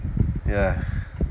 ya